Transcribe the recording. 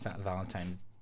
valentine's